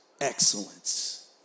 excellence